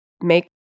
make